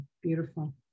Beautiful